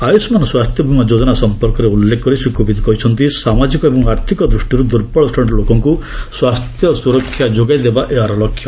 ଆୟୁଷ୍ମାନ ସ୍ୱାସ୍ଥ୍ୟ ବୀମା ଯୋଜନା ସଂପର୍କରେ ଉଲ୍ଲେଖ କରି ଶ୍ରୀ କୋବିନ୍ଦ କହିଛନ୍ତି ସାମାଜିକ ଏବଂ ଆର୍ଥିକ ଦୃଷ୍ଟିରୁ ଦୁର୍ବଳ ଶ୍ରେଣୀର ଲୋକଙ୍କୁ ସ୍ୱାସ୍ଥ୍ୟ ସୁରକ୍ଷା ଯୋଗାଇ ଦେବା ଏହାର ଲକ୍ଷ୍ୟ